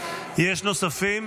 יש נוספים?